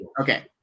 okay